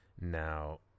now